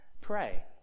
Pray